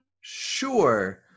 Sure